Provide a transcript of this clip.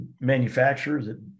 manufacturers